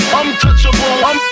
untouchable